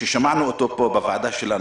אבל הרבה יותר הגיוני לשים אותם בבידוד ביתי,